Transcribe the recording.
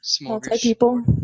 Multi-people